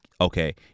Okay